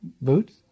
boots